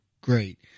great